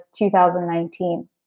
2019